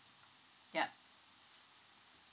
yup